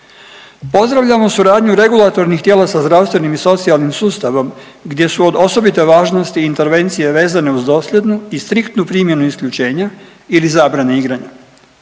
Pozdravljamo suradnju regulatornih tijela sa zdravstvenim i socijalnim sustavom gdje su od osobite važnosti intervencije vezane uz dosljednu i striktnu primjenu isključenja ili zabrane igranja.